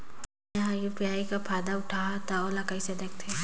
मैं ह यू.पी.आई कर फायदा उठाहा ता ओला कइसे दखथे?